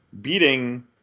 beating